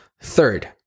Third